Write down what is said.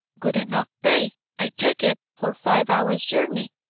good enough pay, i take it, for five hours' journey.